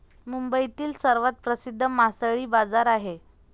मुंबईतील सर्वात प्रसिद्ध मासळी बाजार आहे